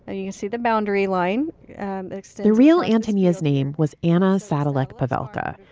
ah you you see the boundary line the real anthony, whose name was anna satellite pavelka.